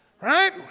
right